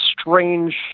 strange